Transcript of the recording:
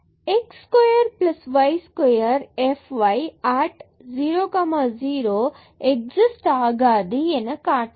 x square y square f y at 0 0 exist ஆகாது என காட்டலாம்